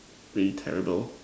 really terrible